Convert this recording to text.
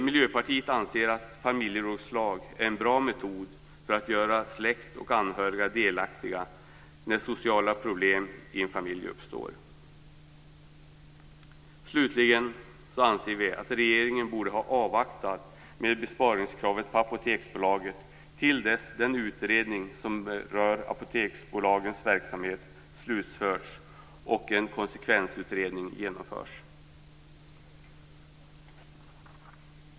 Miljöpartiet anser att familjerådslag är en bra metod för att göra släkt och anhöriga delaktiga när sociala problem i en familj uppstår. Slutligen anser vi att regeringen borde ha avvaktat med besparingskrav på Apoteksbolaget tills den utredning som berör Apoteksbolagets verksamhet slutförts och en konsekvensutredning genomförts.